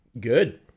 Good